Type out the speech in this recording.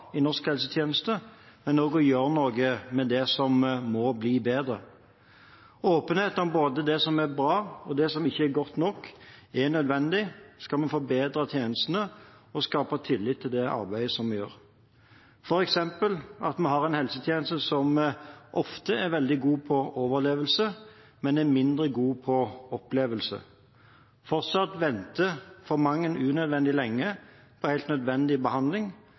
i norsk helsetjeneste, men også å gjøre noe med det som må bli bedre. Åpenhet om både det som er bra, og det som ikke er godt nok, er nødvendig om vi skal forbedre tjenestene og skape tillit til det arbeidet vi gjør. – For eksempel at vi har en helsetjeneste som ofte er veldig god på overlevelse, men mindre god på opplevelse. Fortsatt venter for mange unødvendig lenge på helt nødvendig behandling.